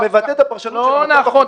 הוא מבטא את הפרשנות --- לא נכון.